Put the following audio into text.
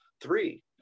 Three